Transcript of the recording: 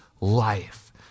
life